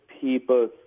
people